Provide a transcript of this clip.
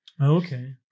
Okay